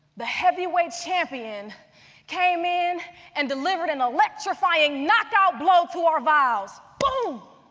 the heavyweight champion came in and delivered an electrifying knockout blow to our vows. boom!